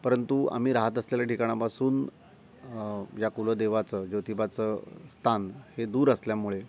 परंतु आम्ही राहत असलेल्या ठिकाणापासून ज्या कुलदेवाचं ज्योतिबाचं स्थान हे दूर असल्यामुळे